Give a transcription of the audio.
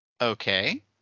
Okay